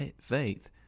faith